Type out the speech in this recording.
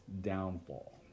downfall